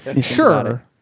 Sure